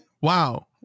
wow